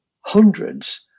hundreds